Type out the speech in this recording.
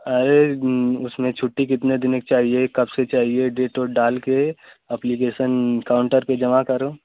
अरे उसमें छुट्टी कितने दिनों की चाहिए कब से चाहिए डेट ओट डालकर अप्लीकेसन काउन्टर पर जमा करो